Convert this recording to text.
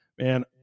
man